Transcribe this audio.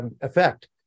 effect